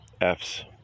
F's